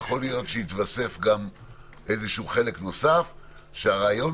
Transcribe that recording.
יכול להיות שיתווסף גם איזשהו חלק נוסף שאת הרעיון